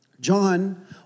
John